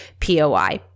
POI